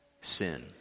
sin